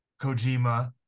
Kojima